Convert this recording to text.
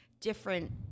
different